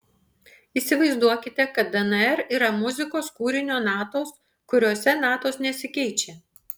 įsivaizduokite kad dnr yra muzikos kūrinio natos kuriose natos nesikeičia